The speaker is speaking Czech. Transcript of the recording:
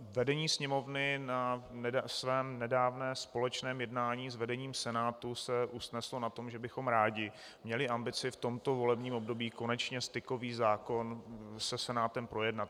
Vedení Sněmovny na svém nedávném společném jednání s vedením Senátu se usneslo na tom, že bychom rádi měli ambici v tomto volebním období konečně stykový zákon se Senátem projednat.